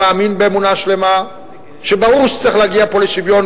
מאמין באמונה שלמה שברור שצריך להגיע פה לשוויון,